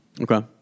Okay